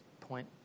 point